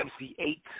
MC8